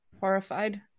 horrified